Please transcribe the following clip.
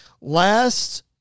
Last